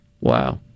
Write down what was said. Wow